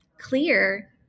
clear